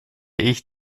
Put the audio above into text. ich